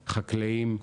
חקלאים,